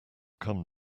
come